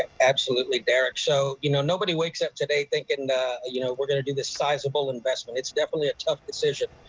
ah absolutely, derrick. so you know nobody wakes up today thinking you know we're going to do the sizable investment. it's definitely a tough decision.